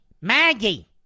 Maggie